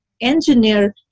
engineer